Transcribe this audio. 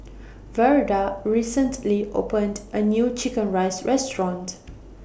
Verda recently opened A New Chicken Rice Restaurant